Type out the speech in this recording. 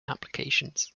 applications